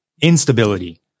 instability